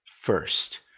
First